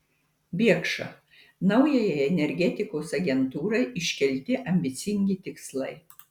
biekša naujajai energetikos agentūrai iškelti ambicingi tikslai